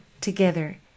together